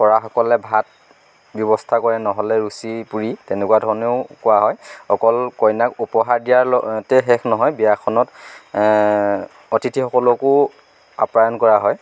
পৰাসকলে ভাত ব্যৱস্থা কৰে নহ'লে ৰুচী পুৰী তেনেকুৱা ধৰণেও কৰা হয় অকল কইনাক উপহাৰ দিয়াৰ লগতে শেষ নহয় বিয়াখনত অতিথিসকলকো আপ্যায়ন কৰা হয়